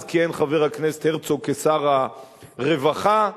אז כיהן חבר הכנסת הרצוג כשר הרווחה בממשלה.